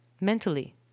mentally